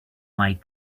might